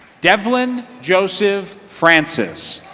devlin joseph frances.